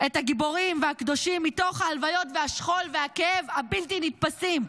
את הגיבורים והקדושים מתוך הלוויות והשכול והכאב הבלתי-נתפסים.